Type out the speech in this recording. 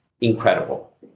incredible